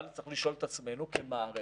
אבל צריך לשאול את עצמנו כמערכת,